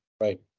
Right